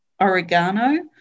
oregano